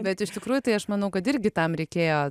bet iš tikrųjų tai aš manau kad irgi tam reikėjo